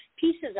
pieces